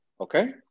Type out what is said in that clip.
Okay